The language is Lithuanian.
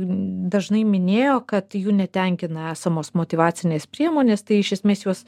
dažnai minėjo kad jų netenkina esamos motyvacinės priemonės tai iš esmės juos